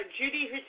Judy